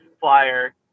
flyer